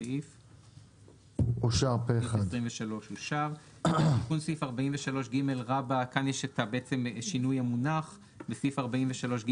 הצבעה אושר תיקון סעיף 43גבסעיף 43ג